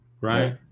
right